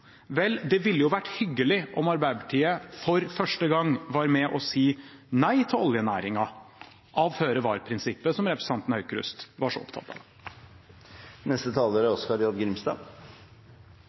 Vel, det ville jo vært hyggelig om Arbeiderpartiet for første gang var med og sa nei til oljenæringen av føre-var-prinsippet, som representanten Aukrust var så opptatt av.